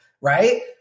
right